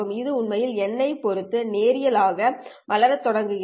இது உண்மையில் N ஐப் பொறுத்து நேரியல் ஆக வளரத் தொடங்குகிறது